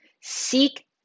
seek